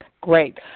Great